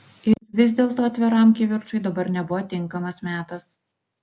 ir vis dėlto atviram kivirčui dabar nebuvo tinkamas metas